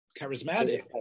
charismatic